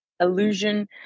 illusion